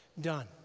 done